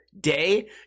day